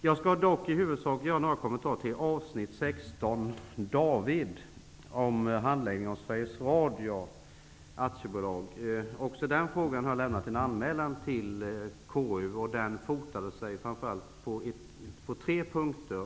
Jag skall dock i huvudsak göra några kommentarer till avsnitt 16 d om handläggningen av Sveriges Radio AB. Även i den frågan har jag lämnat en anmälan till KU. Den gäller framför allt tre punkter.